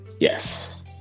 Yes